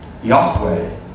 Yahweh